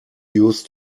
used